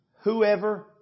Whoever